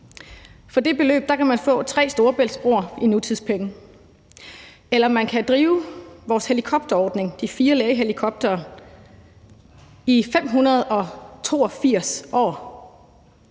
For 120 mia. kr. kan man få tre storebæltsbroer i nutidspenge eller drive vores helikopterordning med fire lægehelikoptere i 582 år.